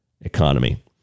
economy